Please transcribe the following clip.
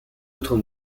autres